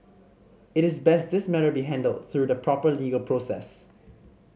it is best this matter be handled through the proper legal process